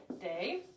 day